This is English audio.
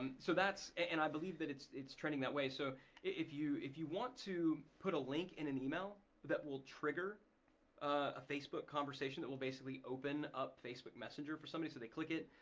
um so that's and i believe that it's it's trending that way so if you if you want to put a link in an email that will trigger a facebook conversation that will basically open up facebook messenger for somebody they click it,